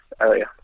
area